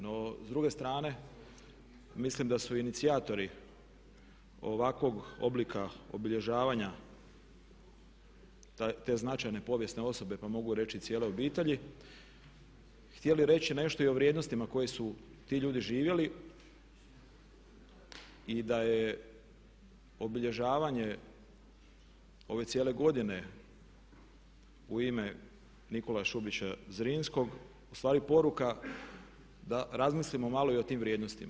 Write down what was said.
No, s druge strane mislim da su inicijatori ovakvog oblika obilježavanja te značajne povijesne osobe, pa mogu reći i cijele obitelji htjeli reći nešto i o vrijednostima koje su ti ljudi živjeli i da je obilježavanje ove cijele godine u ime Nikole Šubića Zrinskog u stvari poruka da razmislimo malo i o tim vrijednostima.